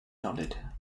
nodded